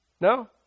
No